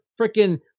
freaking